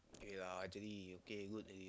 K lah actually okay good that they